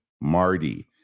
Marty